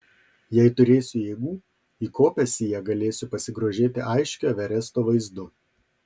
jei turėsiu jėgų įkopęs į ją galėsiu pasigrožėti aiškiu everesto vaizdu